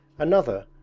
another,